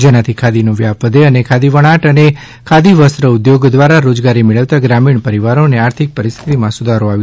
જેનાથી ખાદીનો વ્યાપ વઘે અને ખાદી વણાટ અને ખાદી વસ્પ્ર ઉદ્યોગ દ્વારા રોજગારી મેળવતા ગ્રામીણ પરિવારોની આર્થિક પરિસ્થિતિમાં સુધારો આવે